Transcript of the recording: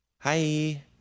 Hi